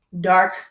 dark